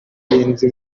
abagenzi